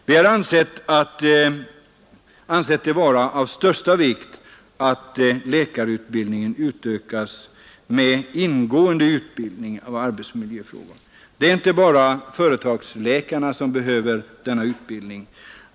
Vi har ansett det vara av största vikt att läkarutbildningen utökas med ingående utbildning i arbetsmiljöfrågor. Det är inte bara företagsläkarna som behöver denna utbildning.